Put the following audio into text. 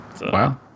Wow